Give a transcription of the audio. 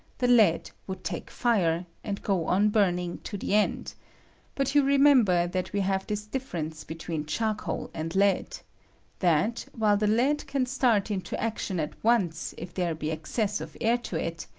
the lead would take fire, and go on burn ing to the end but you remember that we have this difference between charcoal and lead that, while the lead can start into action at once if there be access of air to it,